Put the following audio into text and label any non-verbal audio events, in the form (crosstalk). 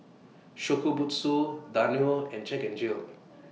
Shokubutsu (noise) Danone and Jack N Jill (noise)